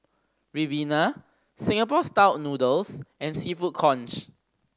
ribena Singapore Style Noodles and Seafood Congee